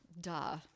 Duh